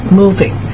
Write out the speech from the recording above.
moving